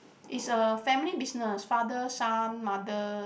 it's a family business father son mother